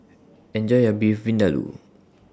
Enjoy your Beef Vindaloo